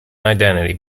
identity